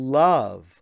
love